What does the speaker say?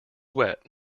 wet